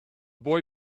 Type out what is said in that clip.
boy